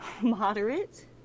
moderate